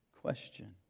question